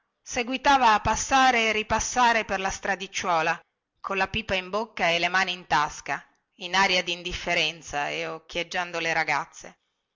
turiddu seguitava a passare e ripassare per la stradicciuola colla pipa in bocca e le mani in tasca in aria dindifferenza e occhieggiando le ragazze